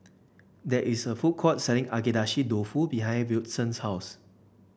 there is a food court selling Agedashi Dofu behind Wilton's house